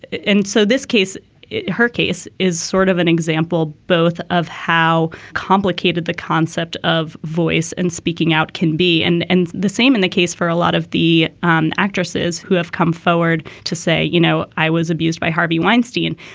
and so this case her case is sort of an example, both of how complicated the concept of voice and speaking out can be. and and the same in the case for a lot of the um actresses who have come forward to say, you know, i was abused by harvey weinstein.